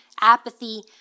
apathy –